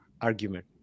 argument